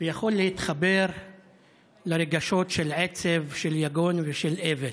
יכול להתחבר לרגשות של עצב, של יגון ושל אבל.